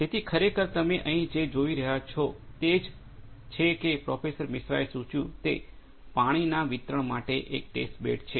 તેથી ખરેખર તમે અહીં જે જોઇ રહ્યાં છો તે જ છે કે પ્રોફેસર મિશ્રાએ સૂચવ્યું તે પાણીના વિતરણ માટે એક ટેસ્ટ બેડ છે